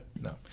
no